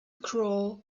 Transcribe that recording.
crawl